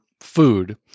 food